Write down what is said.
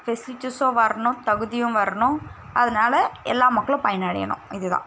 ஃபெசிலிட்டிஸும் வரணும் தகுதியும் வரணும் அதனால எல்லாம் மக்களும் பயனடையணும் இது தான்